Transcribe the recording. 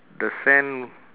the sand